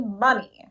money